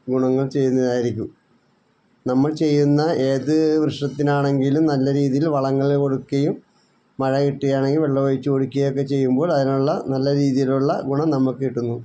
ഗുണങ്ങൾ ചെയ്യുന്നതായിരിക്കും നമ്മൾ ചെയ്യുന്ന ഏത് വൃക്ഷത്തിനാണെങ്കിലും നല്ല രീതിയിൽ വളങ്ങൾ കൊടുക്കുകയും മഴ കിട്ടുകയാണെങ്കിൽ വെള്ളം ഒഴിച്ച് കൊടുക്കുകയൊക്കെ ചെയ്യുമ്പോൾ അതിനുള്ള നല്ല രീതിയിലുള്ള ഗുണം നമുക്ക് കിട്ടുന്നു